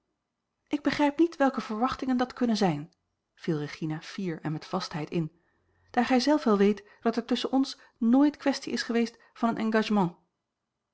ik begrijp niet welke verwachtingen dat kunnen zijn viel regina fier en met vastheid in daar gij zelf wel weet dat er tusschen ons nooit kwestie is geweest van een